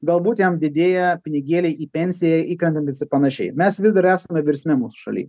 galbūt jam didėja pinigėliai į pensiją įkrentantys ir panašiai mes vis dar esame virsme mūsų šaly